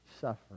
suffer